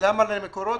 למה למקורות?